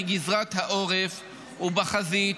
בגזרת העורף או בחזית,